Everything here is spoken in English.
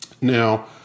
Now